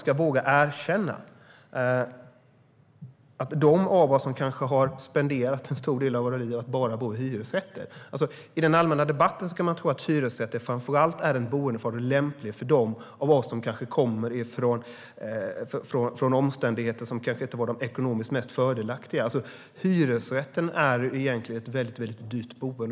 I den allmänna debatten kan man tro att hyresrätter framför allt är en boendeform som är lämplig för dem av oss som kommer från omständigheter som kanske inte är de ekonomiskt mest fördelaktiga. Men hyresrätten är egentligen ett väldigt dyrt boende.